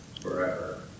forever